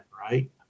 right